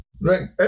Right